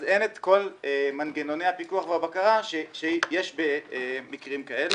אז אין את כל מנגנוני הפיקוח והבקרה שיש במקרים כאלה.